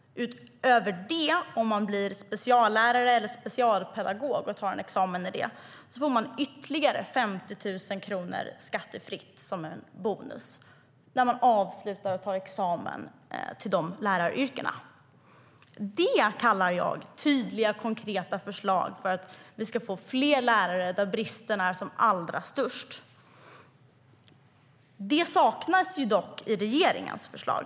Utöver det får man ytterligare 50 000 kronor skattefritt, som en bonus, om man tar examen som speciallärare eller specialpedagog. Det kallar jag tydliga, konkreta förslag för att vi ska få fler lärare där bristen är som allra störst. Det saknas dock i regeringens förslag.